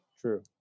True